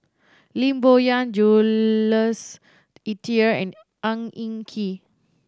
Lim Bo Yam Jules Itier and Ang Hin Kee